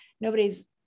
nobody's